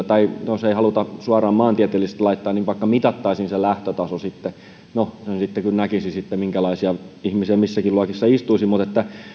tai jos ei haluta tätä suoraan maantieteellisesti laittaa niin vaikka mitattaisiin se lähtötaso sitten no sen sitten kyllä näkisi minkälaisia ihmisiä missäkin luokissa istuisi